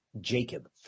Jacob